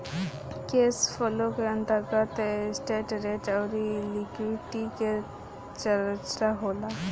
cash flow के अंतर्गत interest rate अउरी लिक्विडिटी के चरचा होला